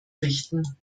richten